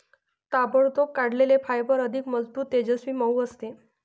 ताबडतोब काढलेले फायबर अधिक मजबूत, तेजस्वी, मऊ असते